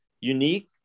unique